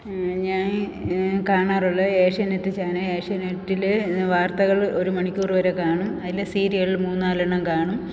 ഞാൻ കാണാറുള്ള ഏഷ്യാനെറ്റ് ചാനൽ ഏഷ്യാനെറ്റിൽ വാർത്തകൾ ഒരു മണിക്കൂർ വരെ കാണും അതിൽ സീരിയൽ മൂന്നാലെണ്ണം കാണും